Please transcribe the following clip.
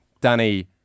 Danny